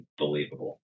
unbelievable